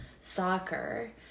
soccer